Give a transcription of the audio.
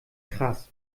krass